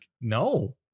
No